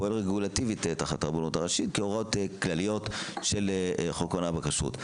פועל רגולטיבית תחת הרבנות הראשית כהוראות כלליות של חוק הונאה בכשרות.